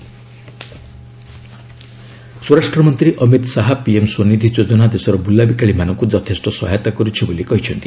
HM PM Svanidhi ସ୍ୱରାଷ୍ଟ୍ର ମନ୍ତ୍ରୀ Amit Shah PM Svanidhi ଯୋଜନା ଦେଶର ବୁଲାବିକାଳି ମାନଙ୍କୁ ଯଥେଷ୍ଟ ସହାୟତା କରୁଛି ବୋଲି କହିଛନ୍ତି